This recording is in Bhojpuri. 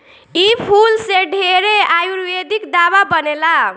इ फूल से ढेरे आयुर्वेदिक दावा बनेला